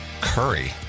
Curry